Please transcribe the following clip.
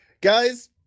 guys